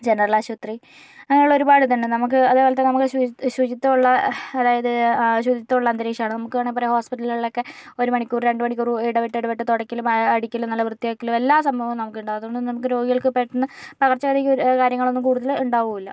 general ആശുപത്രി അങ്ങനെയുള്ള ഒരുപാട് ഇതുണ്ട് നമുക്ക് അതെപോലെത്തെ നമുക്ക് ശുചിത്വമുള്ള അതായത് ശുചിത്വമുള്ള അന്തരീക്ഷമാണ് നമുക്ക് വേണെങ്കിലിപ്പോൾ ഒര് ഹോസ്പിറ്റലുകളിലൊക്കെ ഒരു മണിക്കൂർ രണ്ട് മണിക്കൂറ് ഇടവിട്ട് ഇടവിട്ട് തുടയ്ക്കലും അടിക്കലും നല്ല വൃത്തിയാക്കലും എല്ലാ സംഭവങ്ങളും നമുക്കുണ്ട് അതുകൊണ്ടൊന്നും നമുക്ക് രോഗികൾക്ക് പെട്ടന്ന് പകർച്ചവ്യാധി കാര്യങ്ങളൊന്നും കൂടുതല് ഉണ്ടാവില്ല